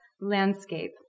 landscape